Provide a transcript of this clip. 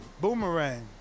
boomerang